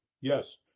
Yes